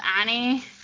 Annie